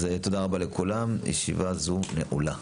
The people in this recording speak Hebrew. תודה רבה לכולם, הישיבה הזו נעולה.